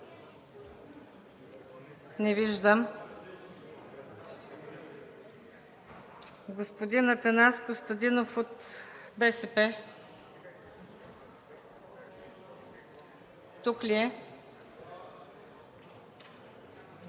Не виждам. Господин Атанас Костадинов от БСП, тук ли е?